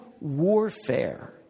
warfare